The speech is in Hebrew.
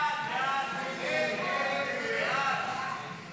הסתייגות 49 לא